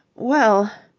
well.